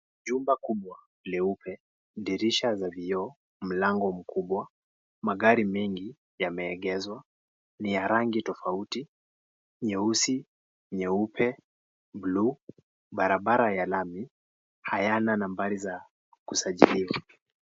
Chumba kubwa, leupe, dirisha za vioo, mlango mkubwa, magari mengi yameegezwa ni ya rangi tofauti; nyeusi, nyeupe, blue, barabara ya lami, hayana nambari zaa kusajili.